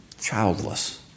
childless